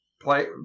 Play